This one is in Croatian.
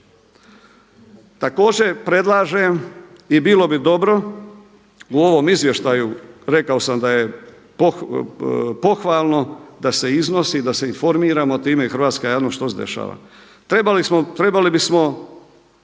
Također predlažem i bilo bi dobro, u ovom izvještaju rekao sam da je pohvalno da se iznosi, da se informiramo a time i hrvatska javnost što se dešava. Trebali bismo